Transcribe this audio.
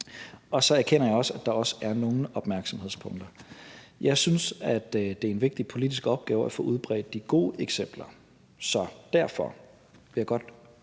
og så erkender jeg, at der også er nogle opmærksomhedspunkter. Jeg synes, det er en vigtig politisk opgave at få udbredt de gode eksempler, så derfor vil jeg godt pege